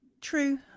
True